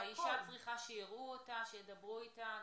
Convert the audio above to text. האישה צריכה שיראו אותה, שידברו איתה.